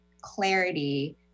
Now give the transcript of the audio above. clarity